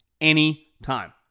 anytime